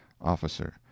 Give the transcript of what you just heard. Officer